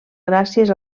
gràcies